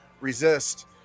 resist